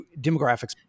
demographics